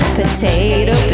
potato